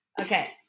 Okay